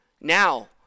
now